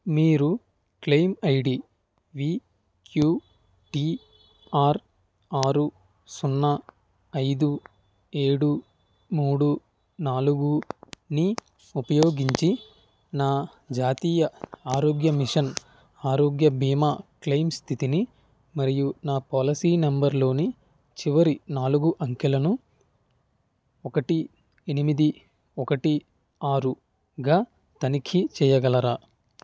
మీరు claim ID VQTR ఆరు సున్నా ఐదు ఏడు మూడు నాలుగుని ఉపయోగించి నా జాతీయ ఆరోగ్య మిషన్ ఆరోగ్య బీమా క్లెయిమ్ స్థితిని మరియు నా పాలసీ నంబర్లోని చివరి నాలుగు అంకెలను ఒకటి ఎనిమిది ఒకటి ఆరుగా తనిఖీ చెయ్యగలరా